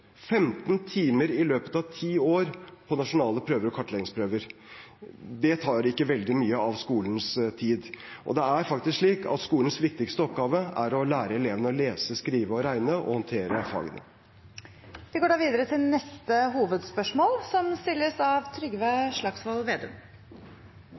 15 timer i løpet av ti år på nasjonale prøver og kartleggingsprøver. Det tar ikke veldig mye av skolens tid, og det er faktisk slik at skolens viktigste oppgave er å lære elevene å lese, skrive og regne og håndverksfagene. Vi går til neste